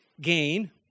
gain